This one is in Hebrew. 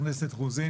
את סתם רוצה לדבר.